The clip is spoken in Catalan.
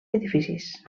edificis